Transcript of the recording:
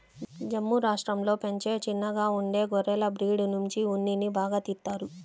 జమ్ము రాష్టంలో పెంచే చిన్నగా ఉండే గొర్రెల బ్రీడ్ నుంచి ఉన్నిని బాగా తీత్తారు